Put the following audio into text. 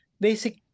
basic